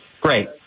Great